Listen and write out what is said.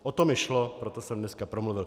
O to mi šlo, proto jsem dneska promluvil.